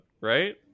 right